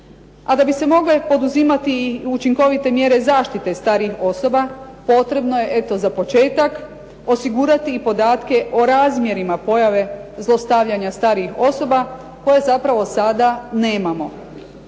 A da bi se mogle poduzimati i učinkovite mjere zaštite starijih osoba potrebno je, eto za početak, osigurati i podatke o razmjerima pojave zlostavljanja starijih osoba, koje zapravo sada nemamo.